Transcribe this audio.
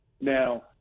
Now